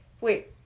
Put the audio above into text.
wait